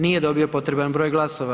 Nije dobio potreban broj glasova.